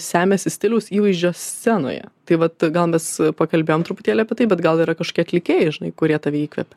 semiasi stiliaus įvaizdžio scenoje tai vat gal mes pakalbėjom truputėlį apie tai bet gal yra kažkokie atlikėjai žinai kurie tave įkvepia